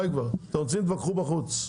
אתם רוצים, תתווכחו בחוץ.